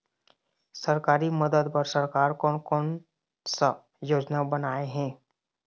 सरकारी मदद बर सरकार कोन कौन सा योजना बनाए हे?